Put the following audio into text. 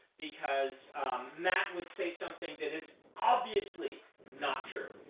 because mat would say something that is obviously not true,